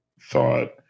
thought